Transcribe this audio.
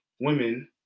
women